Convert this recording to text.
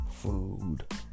Food